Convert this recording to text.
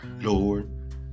Lord